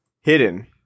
hidden